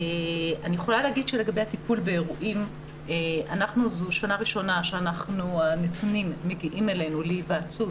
לגבי הטיפול באירועים זו שנה ראשונה שהנתונים מגיעים אלינו להיוועצות